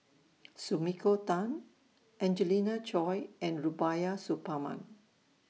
Sumiko Tan Angelina Choy and Rubiah Suparman